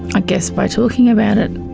i guess by talking about it.